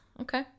Okay